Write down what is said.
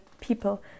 people